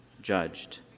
judged